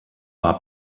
war